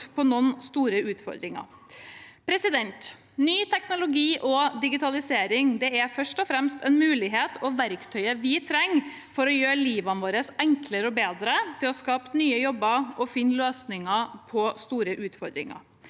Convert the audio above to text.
på noen store utfordringer. Ny teknologi og digitalisering er først og fremst en mulighet og verktøyet vi trenger for å gjøre livene våre enklere og bedre, til å skape nye jobber og finne løsninger på store utfordringer.